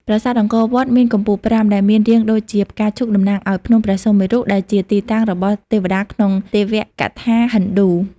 ប្រាសាទអង្គរវត្ត មាន កំពូលប្រាំ ដែលមានរាងដូចជាផ្កាឈូកតំណាងឲ្យ ភ្នំព្រះសុមេរុ ដែលជាទីតាំងរបស់ទេវតាក្នុងទេវកថាហិណ្ឌូ។